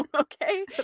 Okay